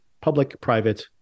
public-private